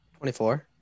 24